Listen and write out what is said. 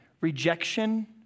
rejection